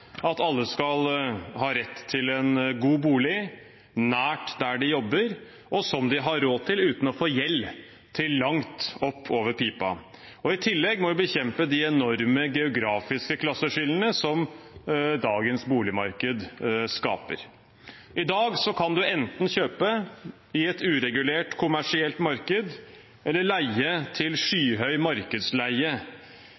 at alle skal ha rett til en god bolig nært der de jobber, som de har råd til uten å få gjeld til langt oppover pipa. I tillegg må vi bekjempe de enorme geografiske klasseskillene som dagens boligmarked skaper. I dag kan man enten kjøpe i et uregulert, kommersielt marked eller leie til